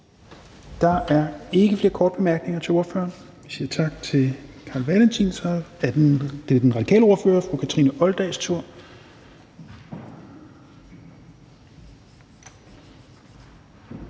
Der er ikke flere korte bemærkninger til ordføreren. Vi siger tak til hr. Carl Valentin. Så er det den radikale ordfører fru Kathrine Olldags tur.